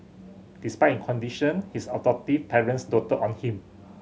despite in conditions his adoptive parents doted on him